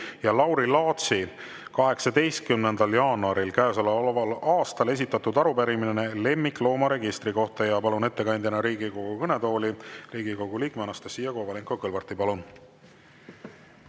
ja Lauri Laatsi 18. jaanuaril käesoleval aastal esitatud arupärimine lemmikloomaregistri kohta. Palun ettekandjana Riigikogu kõnetooli Riigikogu liikme Anastassia Kovalenko-Kõlvarti. Palun!